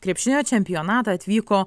krepšinio čempionatą atvyko